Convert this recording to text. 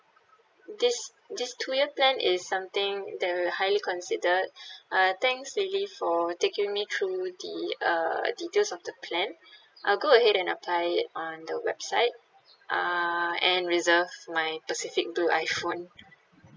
this this two year plan is something that we will highly consider uh thanks lily for taking me through the uh details of the plan I'll go ahead and apply it on the website uh and reserve my pacific blue iphone